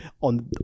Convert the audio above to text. on